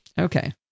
Okay